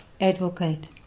advocate